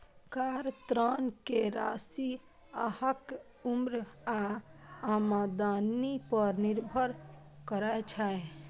car ऋण के राशि अहांक उम्र आ आमदनी पर निर्भर करै छै